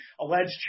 alleged